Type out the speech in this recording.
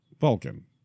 Vulcan